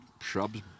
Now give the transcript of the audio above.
shrubs